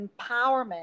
empowerment